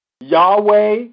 Yahweh